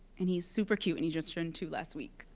and he's super cute, and he just turned two last week.